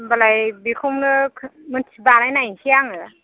होनबालाय बिखौनो खो मोनसे बानायनायसै आङो